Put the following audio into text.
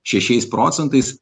šešiais procentais